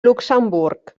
luxemburg